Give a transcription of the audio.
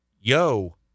Yo